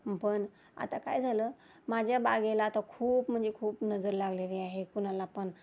पण आता काय झालं माझ्या बागेला आता खूप म्हणजे खूप नजर लागलेली आहे कुणाला पण